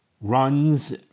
runs